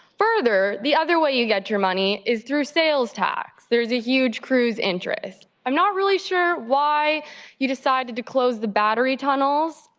further, the other way you get your money is through sales tax, there's a huge cruise inches, i'm not really sure why you decided to close the battery tunnels,